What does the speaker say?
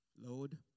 Lord